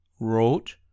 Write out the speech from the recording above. wrote